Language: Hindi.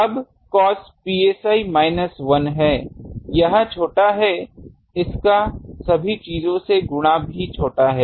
अब cos psi माइनस 1 है यह छोटा है इसका सभी चीजों से गुणा भी छोटा है